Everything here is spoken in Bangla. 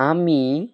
আমি